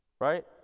Right